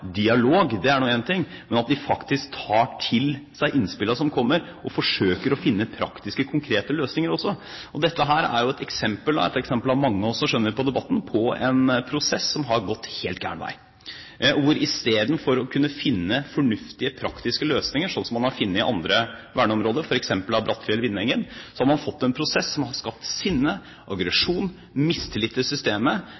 dialog – det er én ting – men at de faktisk tar til seg innspillene som kommer, og også forsøker å finne praktiske, konkrete løsninger. Dette er jo et eksempel – et eksempel av mange, skjønner vi på debatten – på en prosess som har gått helt feil vei. Istedenfor å kunne finne fornuftige, praktiske løsninger, slik man har funnet i andre verneområder, f.eks. Brattefjell–Vindeggen, har man fått en prosess som har skapt sinne,